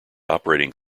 operating